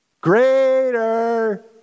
Greater